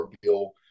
bill